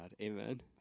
amen